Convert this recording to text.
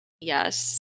Yes